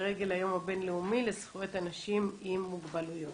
לרגל היום הבינלאומי לזכויות אנשים עם מוגבלויות.